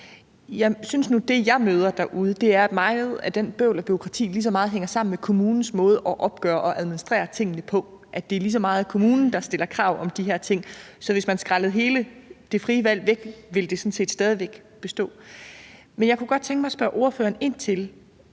Jeg synes nu, at det, jeg oplever derude, er, at meget af det bøvl og bureaukrati lige så meget hænger sammen med kommunens måde at opgøre og administrere tingene på; at det lige så meget er kommunen, der stiller krav om de her ting. Så hvis man skrottede hele det frie valg, ville det sådan set stadig væk bestå. Men jeg kunne godt tænke mig at spørge ind til